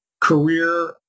career